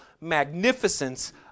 magnificence